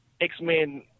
X-Men